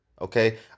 okay